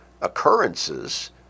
occurrences